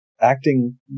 acting